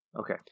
Okay